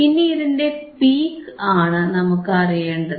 ഇനി ഇതിന്റെ പീക്ക് ആണ് നമുക്ക് അറിയേണ്ടത്